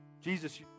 Jesus